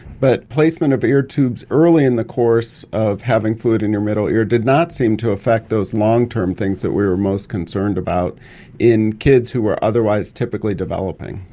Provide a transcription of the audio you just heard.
but placement of ear tubes early in the course of having fluid in your middle ear did not seem to affect those long-term things that we were most concerned about in kids who were otherwise typically developing.